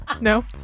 No